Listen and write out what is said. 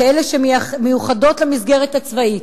כאלה שמיוחדות למסגרת הצבאית,